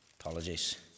Apologies